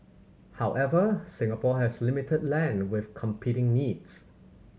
however Singapore has limited land with competing needs